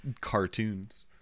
cartoons